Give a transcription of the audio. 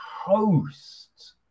host